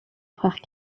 frère